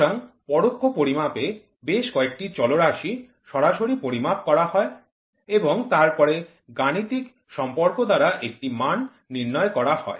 সুতরাং পরোক্ষ পরিমাপে বেশ কয়েকটি চলরাশি সরাসরি পরিমাপ করা হয় এবং তার পরে গাণিতিক সম্পর্ক দ্বারা একটি মান নির্ধারণ করা হয়